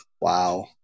Wow